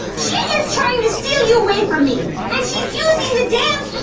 she is trying to steal you away from me, and she's using the dance.